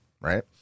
right